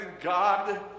God